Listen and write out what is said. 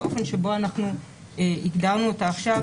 האופן שבו אנחנו הגדרנו אותה עכשיו,